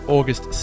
August